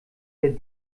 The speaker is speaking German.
der